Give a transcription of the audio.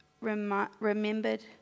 remembered